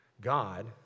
God